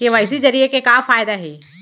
KYC जरिए के का फायदा हे?